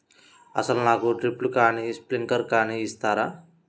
అసలు నాకు డ్రిప్లు కానీ స్ప్రింక్లర్ కానీ ఇస్తారా?